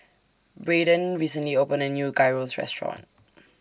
Braeden recently opened A New Gyros Restaurant